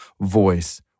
voice